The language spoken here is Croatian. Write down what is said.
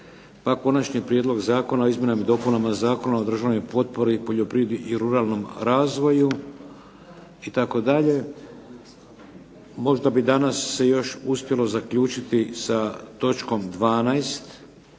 pa Konačni prijedlog zakona o izmjenama i dopunama Zakona o državnoj potpori poljoprivredi i ruralnom razvoju itd. Možda bi danas se još uspjelo zaključiti sa točkom 12.